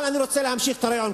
אבל אני רוצה להמשיך את הרעיון,